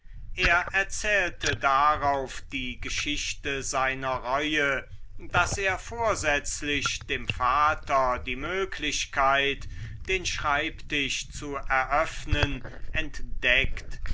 er erzählte darauf die geschichte seiner reue daß er vorsätzlich dem vater die möglichkeit den schreibtisch zu eröffnen entdeckt